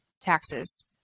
taxes